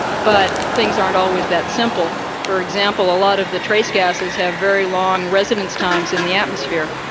but things aren't always that simple. for example, a lot of the trace gases have very long residence times in the atmosphere,